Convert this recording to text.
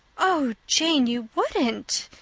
oh, jane, you wouldn't,